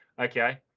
Okay